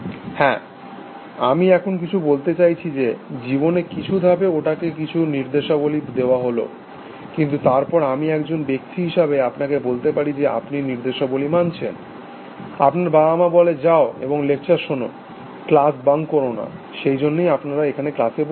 হ্যাঁ আমি এমন কিছু বলতে চাই যে জীবনে কিছু ধাপে ওটাকে কিছু নির্দেশাবলী দেওয়া হল কিন্তু তারপর আমি একজন ব্যক্তি হিসাবে আপনাকে বলতে পারি যে আপনি নির্দেশাবলী মানছেন আপনার বাবা মা বলে যাও এবং লেকচার শোনো ক্লাস বাঙ্ক করো না সেই জন্যই আপনারা এখানে ক্লাসে বসে আছেন